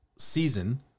season